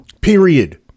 Period